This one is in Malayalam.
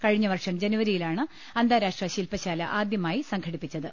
കഴിഞ്ഞ വർഷം ജനുവരിയിലാണ് അന്താരാഷ്ട്ര ശില്പശാല ആദ്യമായി സംഘടിപ്പിച്ചത്